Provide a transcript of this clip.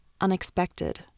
unexpected